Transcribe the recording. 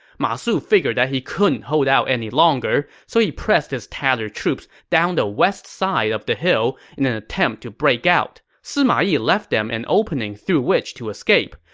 ma su figured he couldn't hold out any longer, so he pressed his tattered troops down the west side of the hill in an attempt to break out. sima yi left them an opening through which to escape,